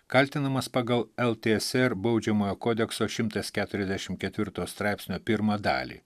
kaltinamas pagal ltsr baudžiamojo kodekso šimtas keturiasdešim ketvirto straipsnio pirmą dalį